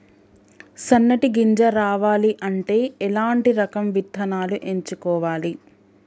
సన్నటి గింజ రావాలి అంటే ఎలాంటి రకం విత్తనాలు ఎంచుకోవాలి?